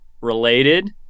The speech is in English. related